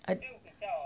I